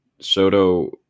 Soto